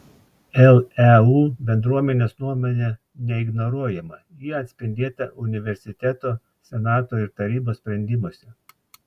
leu bendruomenės nuomonė neignoruojama ji atspindėta universiteto senato ir tarybos sprendimuose